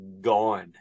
gone